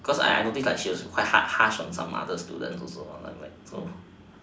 because I notice she was like quite quite harsh on other students so